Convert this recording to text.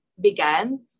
began